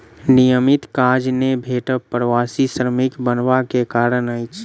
नियमित काज नै भेटब प्रवासी श्रमिक बनबा के कारण अछि